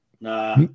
Nah